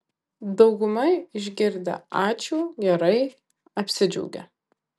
dauguma išgirdę ačiū gerai apsidžiaugia